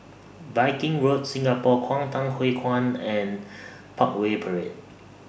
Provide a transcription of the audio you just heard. Viking Road Singapore Kwangtung Hui Kuan and Parkway Parade